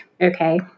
okay